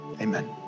amen